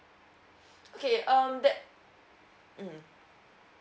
okay um that mm